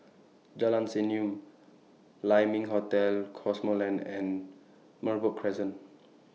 Jalan Senyum Lai Ming Hotel Cosmoland and Merbok Crescent